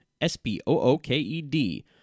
S-P-O-O-K-E-D